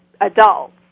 adults